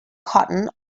cotton